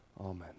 amen